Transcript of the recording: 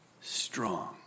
strong